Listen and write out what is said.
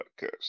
podcast